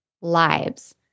lives